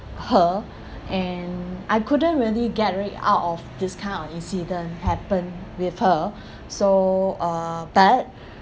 her and I couldn't really get rid out of this kind of incident happen with her so uh but